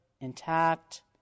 intact